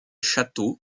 châteaux